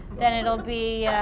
then it'll be